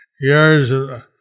years